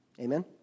Amen